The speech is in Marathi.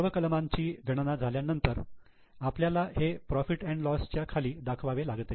सर्व कलमांची गणना झाल्यानंतर आपल्याला हे profit and loss profit loss च्या खाली दाखवावे लागते